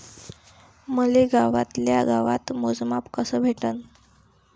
मले गावातल्या गावात मोजमाप कस भेटन?